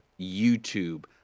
YouTube